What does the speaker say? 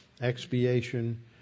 expiation